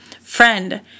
Friend